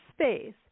space